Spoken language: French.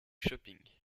shopping